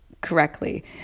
Correctly